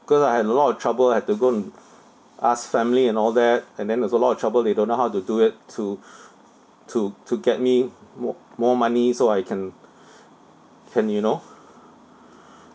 because I had a lot of trouble I had to go and ask family and all that and then there's a lot of trouble they don't know how to do it to to to get me mo~ more money so I can can you know